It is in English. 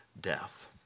death